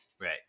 right